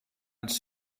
als